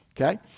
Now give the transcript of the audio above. Okay